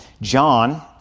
John